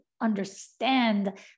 understand